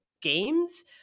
games